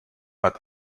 but